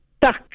stuck